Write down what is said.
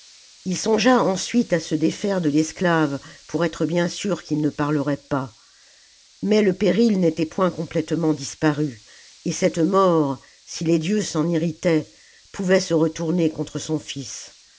il songea ensuite à se défaire de l'esclave pour être bien sûr qu'il ne parlerait pas mais le péril n'était point complètement disparu et cette mort si les dieux s'en irritaient pouvait se retourner contre son fils